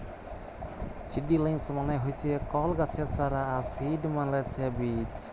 seedlings মানে হচ্যে কল গাছের চারা আর সিড মালে ছে বীজ